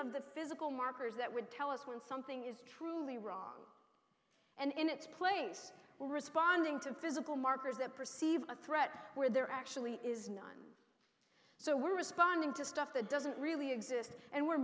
of the physical markers that would tell us when something is truly wrong and in its place we're responding to physical markers that perceive a threat where there actually is none so we're responding to stuff that doesn't really exist and we're